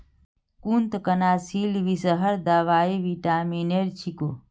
कृन्तकनाशीर विषहर दवाई विटामिनेर छिको